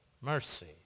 mercy